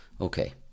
Okay